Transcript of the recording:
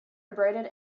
abraded